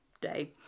day